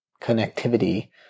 connectivity